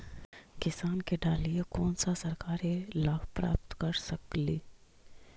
किसान के डालीय कोन सा सरकरी लाभ प्राप्त कर सकली?